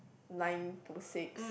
nine to six